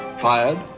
Fired